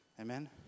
Amen